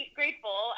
grateful